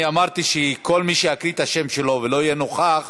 אני אמרתי שכל מי שאקריא את שמו ולא יהיה נוכח,